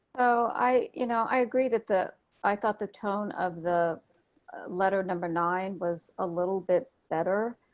oh i you know i agree that the i thought the tone of the letter number nine was a little bit better.